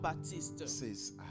says